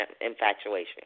infatuation